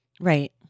right